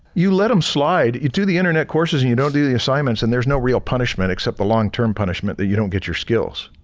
you let them slide, you do the internet courses and you don't do the assignments and there is no real punishment except the long-term punishment that you don't get your skills.